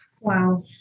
Wow